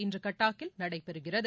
இன்று கட்டாக்கில் நடைபெறுகிறது